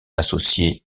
associé